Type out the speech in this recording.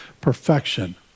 Perfection